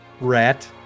Rat